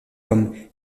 comme